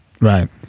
Right